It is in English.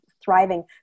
thriving